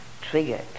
triggered